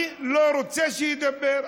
אני לא רוצה שידבר.